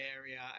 area